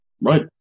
Right